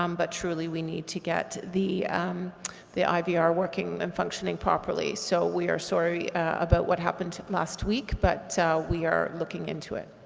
um but truly we need to get the the ivr working and functioning properly, so we are sorry about what happened last week but we are looking into it.